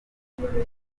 yaravuze